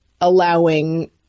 allowing